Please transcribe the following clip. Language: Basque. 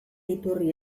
iturri